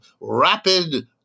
rapid